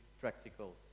practical